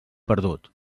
perdut